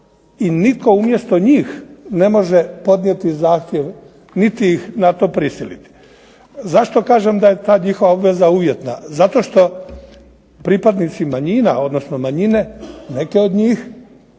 i nitko umjesto njih ne može podnijeti zahtjev niti ih na to prisiliti. Zašto kažem da je ta njihova obveza uvjetna? Zato što pripadnici manjina, odnosno manjine neke od njih,